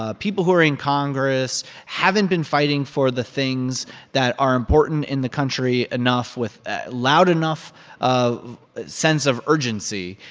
ah people who are in congress haven't been fighting for the things that are important in the country enough with loud enough sense of urgency.